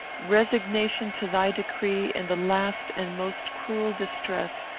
resignation to thy decree, in the last and most cruel distress,